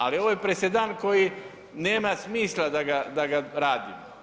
Ali ovo je presadan koji nema smisla da ga radimo.